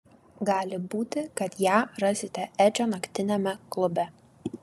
gali būti kad ją rasite edžio naktiniame klube